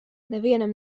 nevienam